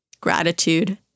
gratitude